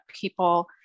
people